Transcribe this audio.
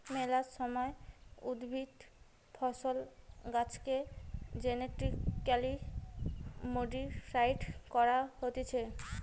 মেলা সময় উদ্ভিদ, ফসল, গাছেকে জেনেটিক্যালি মডিফাইড করা হতিছে